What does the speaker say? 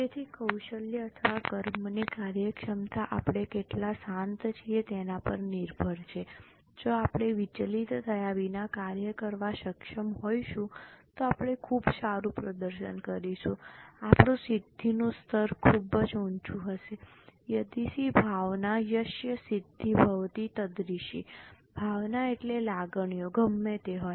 તેથી કૌશલ્ય અથવા કર્મની કાર્યક્ષમતા આપણે કેટલા શાંત છીએ તેના પર નિર્ભર છે જો આપણે વિચલિત થયા વિના કાર્ય કરવા સક્ષમ હોઈશું તો આપણે ખૂબ સારું પ્રદર્શન કરી શકીશું આપણું સિદ્ધિનું સ્તર ખૂબ જ ઊંચું હશે યદિશિ ભાવના યસ્ય સિદ્ધિ ભવતિ તદરિષિ ભાવના એટલે લાગણીઓ ગમે તે હોય